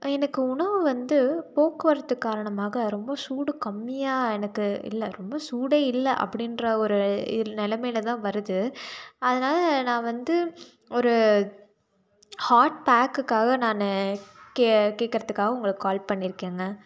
எனக்கு உணவு வந்து போக்குவரத்து காரணமாக ரொம்ப சூடு கம்மியாக எனக்கு இல்லை ரொம்ப சூடே இல்லை அப்படின்ற ஒரு இ நிலமையிலதான் வருது அதனால் நான் வந்து ஒரு ஹாட் பேக்குக்காக நான் கே கேட்கறதுக்காக உங்களுக்கு கால் பண்ணியிருக்கேங்க